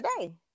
today